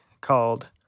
called